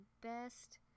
best